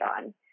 on